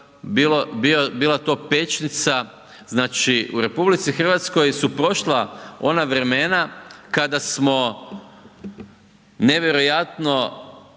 bila to pećnica. Znači u RH su prošla ona vremena kada smo nevjerojatno